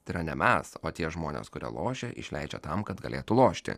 tai yra ne mes o tie žmonės kurie lošia išleidžia tam kad galėtų lošti